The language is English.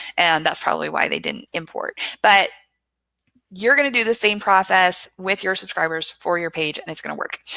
and that's probably why they didn't import. but you're going to do the same process with your subscribers for your page and it's going to work,